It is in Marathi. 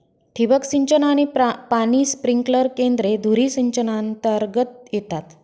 ठिबक सिंचन आणि पाणी स्प्रिंकलर केंद्रे धुरी सिंचनातर्गत येतात